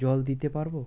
জল দিতে পারবো?